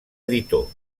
editor